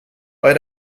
bei